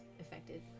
affected